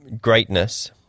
greatness